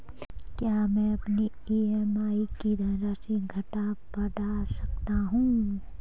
क्या मैं अपनी ई.एम.आई की धनराशि घटा बढ़ा सकता हूँ?